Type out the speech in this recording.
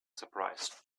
surprise